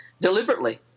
deliberately